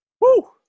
Woo